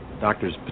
Doctors